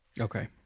Okay